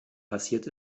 passiert